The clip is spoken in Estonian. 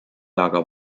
aga